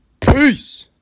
Peace